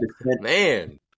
Man